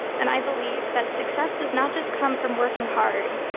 and i believe that success does not just come from working hard,